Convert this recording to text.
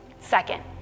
Second